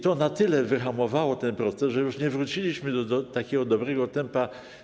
To na tyle wyhamowało ten proces, że już nie wróciliśmy do takiego dobrego tempa.